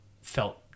felt